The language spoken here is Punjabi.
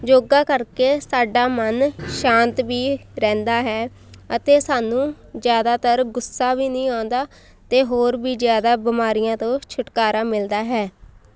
ਯੋਗਾ ਕਰਕੇ ਸਾਡਾ ਮਨ ਸ਼ਾਂਤ ਵੀ ਰਹਿੰਦਾ ਹੈ ਅਤੇ ਸਾਨੂੰ ਜ਼ਿਆਦਾਤਰ ਗੁੱਸਾ ਵੀ ਨਹੀਂ ਆਉਂਦਾ ਅਤੇ ਹੋਰ ਵੀ ਜ਼ਿਆਦਾ ਬਿਮਾਰੀਆਂ ਤੋਂ ਛੁਟਕਾਰਾ ਮਿਲਦਾ ਹੈ